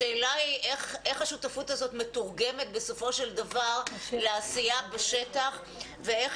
השאלה היא איך השותפות הזאת מתורגמת בסופו של דבר לעשייה בשטח ואיך